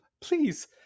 Please